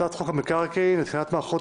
הצעת חוק המקרקעין (תיקון מס' 34) (התקנת מערכת